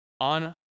on